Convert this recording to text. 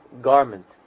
garment